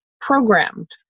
programmed